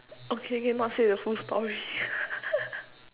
okay okay not say the full story